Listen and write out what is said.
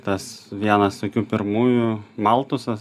tas vienas tokių pirmųjų maltusas